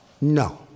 No